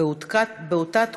באותה תקופה,